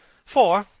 for,